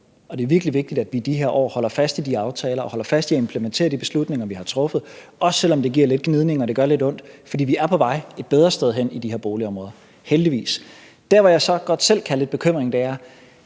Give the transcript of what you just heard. virkelig vigtigt, at vi i de her år holder fast i de aftaler og holder fast i at implementere de beslutninger, vi har truffet, også selv om det giver lidt gnidninger og gør lidt ondt. For vi er på vej et bedre sted hen i de her boligområder, heldigvis. Der, hvor jeg så også godt selv kan have lidt bekymring, er,